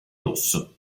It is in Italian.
rosso